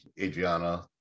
Adriana